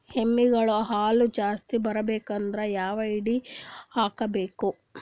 ಎಮ್ಮಿ ಗಳ ಹಾಲು ಜಾಸ್ತಿ ಬರಬೇಕಂದ್ರ ಯಾವ ಹಿಂಡಿ ಹಾಕಬೇಕು?